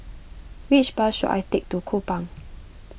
which bus should I take to Kupang